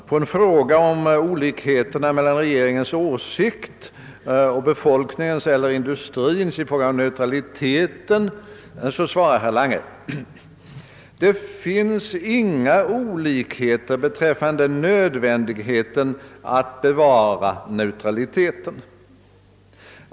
På en fråga om olikheterna mellan regeringens åsikt och befolkningens eller industrins i fråga om neutraliteten svarar herr Lange: »Det finns inga olikheter beträffande nödvändigheten att bevara neutraliteten.